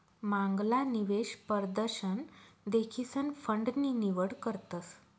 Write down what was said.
मांगला निवेश परदशन देखीसन फंड नी निवड करतस